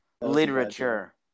Literature